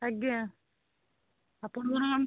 ଆଜ୍ଞା ଆପଣ